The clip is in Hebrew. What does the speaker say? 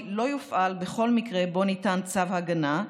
לא יופעל בכל מקרה בו ניתן צו הגנה,